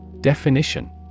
Definition